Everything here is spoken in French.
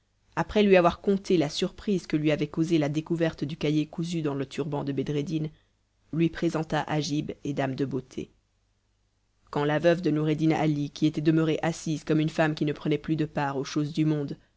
après lui avoir conté la surprise que lui avait causée la découverte du cahier cousu dans le turban de bedreddin lui présenta agib et dame de beauté quand la veuve de noureddin ali qui était demeurée assise comme une femme qui ne prenait plus de part aux choses du monde